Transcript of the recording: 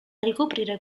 ricoprire